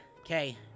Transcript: Okay